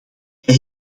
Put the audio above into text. hij